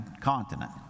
continent